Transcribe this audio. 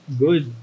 good